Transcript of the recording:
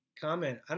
comment